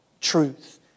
truth